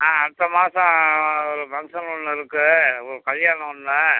ஆ அடுத்த மாதம் ஃபங்க்ஷன் ஒன்று இருக்குது ஒரு கல்யாணம் ஒன்று